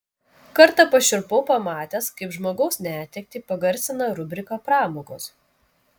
kartą pašiurpau pamatęs kaip žmogaus netektį pagarsina rubrika pramogos